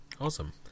awesome